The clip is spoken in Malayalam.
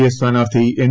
എ സ്ഥാനാർത്ഥി എൻ